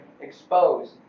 exposed